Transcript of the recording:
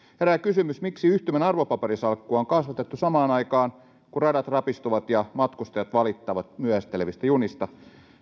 herää kysymys miksi yhtymän arvopaperisalkkua on kasvatettu samaan aikaan kun radat rapistuvat ja matkustajat valittavat myöhästelevistä junista